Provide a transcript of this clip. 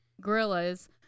gorillas